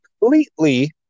Completely